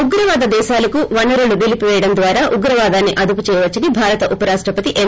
ఉగ్రవాద దేశాలకు వనరులు నిలీపిపేయడం ద్వారా ఉగ్రవాదాన్ని అదుపు చేయవచ్చని భారత ఉపరాష్టపతి ఎం